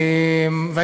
תודה.